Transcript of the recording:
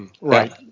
Right